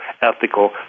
ethical